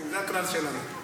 זה הכלל שלנו.